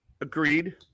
Agreed